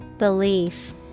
Belief